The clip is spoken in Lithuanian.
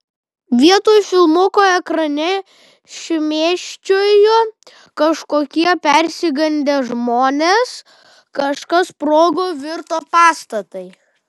vietoj filmuko ekrane šmėsčiojo kažkokie persigandę žmonės kažkas sprogo virto pastatai